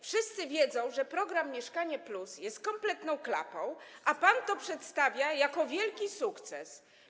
Wszyscy wiedzą, że program „Mieszkanie+” jest kompletną klapą, a pan to przedstawia jako wielki sukces.